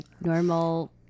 normal